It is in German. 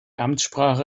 amtssprache